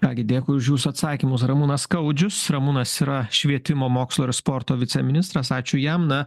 ką gi dėkui už jūsų atsakymus ramūnas skaudžius ramūnas yra švietimo mokslo ir sporto viceministras ačiū jam na